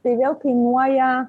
tai vėl kainuoja